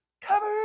Cover